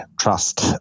trust